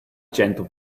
gentle